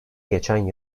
geçen